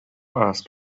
ask